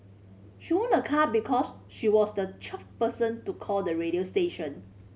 she won a car because she was the twelfth person to call the radio station